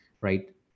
right